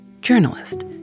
Journalist